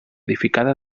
edificada